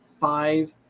five